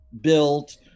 built